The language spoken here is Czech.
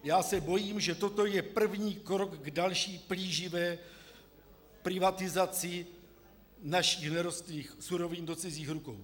Já se bojím, že toto je první krok k další plíživé privatizaci našich nerostných surovin do cizích rukou.